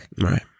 Right